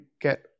get